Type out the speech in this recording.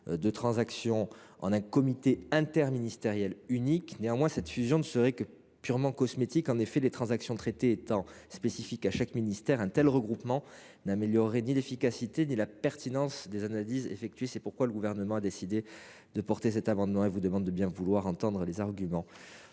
de transaction en un comité interministériel unique. Néanmoins, cette fusion ne serait que purement cosmétique ! En effet, les transactions traitées étant spécifiques à chaque ministère, un tel regroupement n’améliorerait ni l’efficacité ni la pertinence des analyses effectuées. C’est pourquoi le Gouvernement vous demande, mesdames, messieurs les sénateurs, de bien vouloir entendre ses arguments